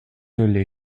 les